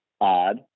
odd